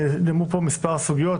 נאמרו פה כמה סוגיות,